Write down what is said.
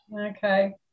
Okay